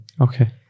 Okay